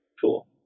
Cool